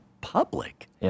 public